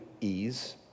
ease